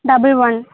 double one